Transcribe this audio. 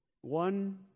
one